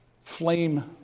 flame